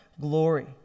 glory